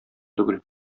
түгел